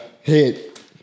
hit